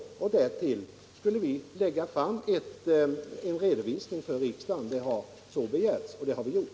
Därtill skulle vi lägga fram en redovisning för riksdagen — det har så begärts, och det har vi gjort.